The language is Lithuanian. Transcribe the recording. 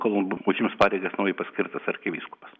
kol užims pareigas naujai paskirtas arkivyskupas